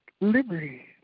liberty